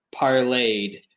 parlayed